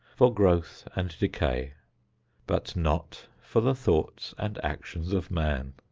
for growth and decay but not for the thoughts and actions of man.